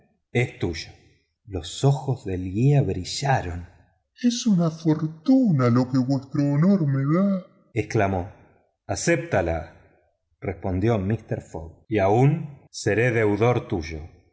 es tuyo los ojos del guía brillaron es una fortuna lo que vuestro honor me da exclamó acéptala respondióle mister fogg y aún seré deudor tuyo